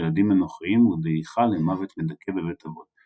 ילדים אנוכיים ודעיכה למוות מדכא בבית אבות;